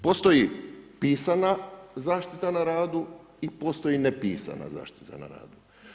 Postoji pisana zaštita na radu i postoji nepisana zaštita na radu.